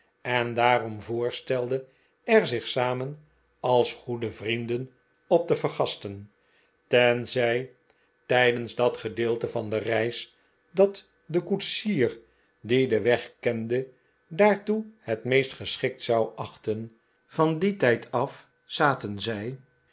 en daarom voorstelde er zich samen als goede vrienden op te vergasten tijdehs dat gedeelte van de reis dat de koetsier die den weg kende daartoe het meest geschikt zou achten van dien tijd af zaten zij